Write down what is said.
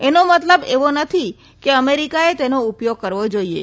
એનો મતલબ એવો નથી કે અમેરિકાએ તેનો ઉપયોગ કરવો જોઈએ